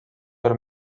per